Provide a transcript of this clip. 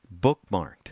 bookmarked